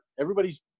everybody's